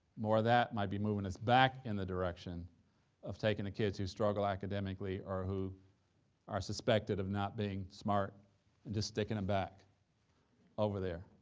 more of that might be moving us back in the direction of taking the kids who struggle academically or who are suspected of not being smart, and just sticking em back over there.